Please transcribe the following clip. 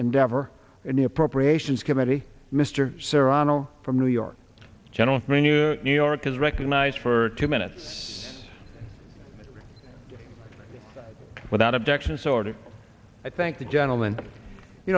endeavor in the appropriations committee mr serrano from new york general new york is recognized for two minutes without objection so already i thank the gentleman you